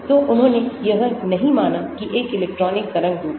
तो उन्होंने यह नहीं माना कि एक इलेक्ट्रॉन एक तरंग रूप है